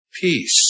Peace